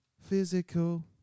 physical